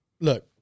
look